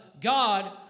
God